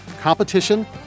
competition